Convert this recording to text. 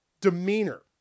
demeanor